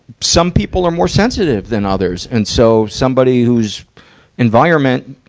some people are more sensitive than others. and so, somebody who's environment, you